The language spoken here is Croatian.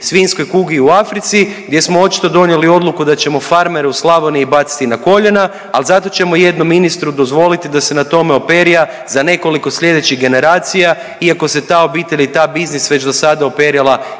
svinjskoj kugi u Africi gdje smo očito donijeli odluku da ćemo farmere u Slavoniji baciti na koljena, ali zato ćemo jednom ministru dozvoliti da se na tome operja za nekoliko sljedećih generacija iako se ta obitelj i taj biznis već do sada operjala